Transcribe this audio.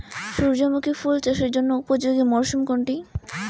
সূর্যমুখী ফুল চাষের জন্য উপযোগী মরসুম কোনটি?